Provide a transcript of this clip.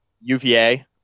UVA